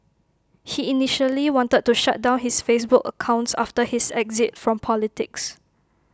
he initially wanted to shut down his Facebook accounts after his exit from politics